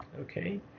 Okay